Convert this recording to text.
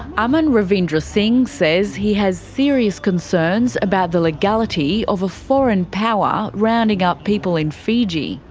aman ravindra singh says he has serious concerns about the legality of a foreign power rounding up people in fiji.